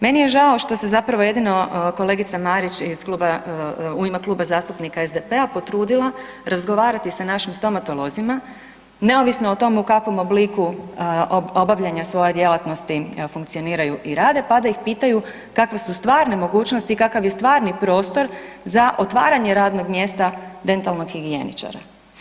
Meni je žao što se zapravo jedino kolegica Marić u ime Kluba zastupnika SDP-a potrudila razgovarati sa našim stomatolozima, neovisno o tome u kakvom obliku obavljanja svoje djelatnosti funkcioniraju i rade pa da ih pitaju kakve su stvarne mogućnosti i kakav je stvarni prostor za otvaranje radnog mjesta dentalnog higijeničara.